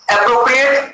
Appropriate